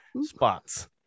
spots